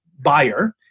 buyer